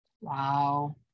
Wow